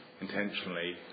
intentionally